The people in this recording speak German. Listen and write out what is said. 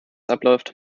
abläuft